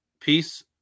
peace